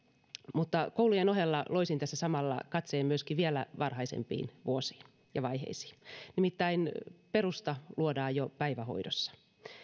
mutta koulujen ohella loisin tässä samalla katseen myöskin vielä varhaisempiin vuosiin ja vaiheisiin nimittäin perusta luodaan jo päivähoidossa